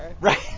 right